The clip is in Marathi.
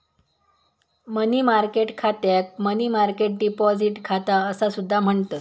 मनी मार्केट खात्याक मनी मार्केट डिपॉझिट खाता असा सुद्धा म्हणतत